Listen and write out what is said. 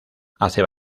hace